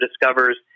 discovers